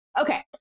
Okay